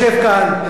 בנו יושב כאן,